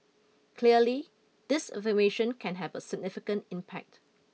clearly disinformation can have a significant impact